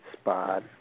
spot